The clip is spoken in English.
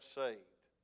saved